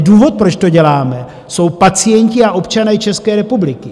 Důvod, proč to děláme, jsou pacienti a občané České republiky.